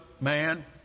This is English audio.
man